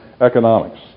economics